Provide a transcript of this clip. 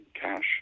cash